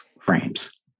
frames